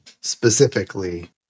specifically